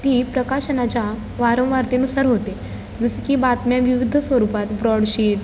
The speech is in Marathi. ती प्रकाशनाच्या वारंवारतेनुसार होते जसं की बातम्या विविध स्वरूपात ब्रॉडशीट